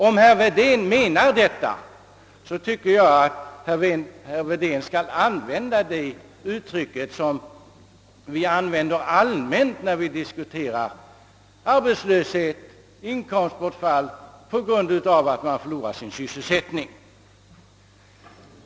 Om herr Wedén menar detta, tycker jag att herr Wedén skall använda det uttrycket, som vi allmänt använder när vi diskuterar arbetslöshet, inkomstbortfall på grund av att man förlorar sin sysselsättning.